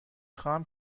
خواهم